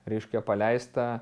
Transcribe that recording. reiškia paleista